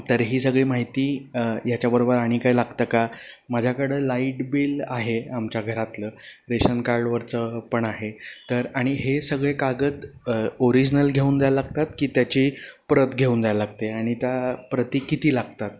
तर ही सगळी माहिती ह्याच्याबरोबर आणि काय लागतं का माझ्याकडं लाईट बिल आहे आमच्या घरातलं रेशन कार्डवरचं पण आहे तर आणि हे सगळे कागद ओरिजनल घेऊन जायला लागतात की त्याची प्रत घेऊन जायला लागते आणि त्या प्रती किती लागतात